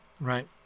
right